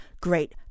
Great